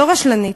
לא רשלנית,